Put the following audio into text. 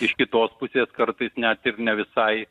iš kitos pusės kartais net ir ne visai